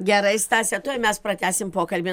gerai stase tuoj mes pratęsim pokalbį